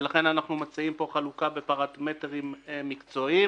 ולכן אנחנו מציעים פה חלוקה בפרמטרים מקצועיים